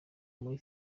muri